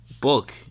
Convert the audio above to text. book